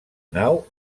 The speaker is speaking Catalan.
nau